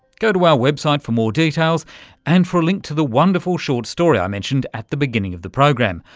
go to our website for more details and for a link to the wonderful short story i mentioned at the beginning of the program,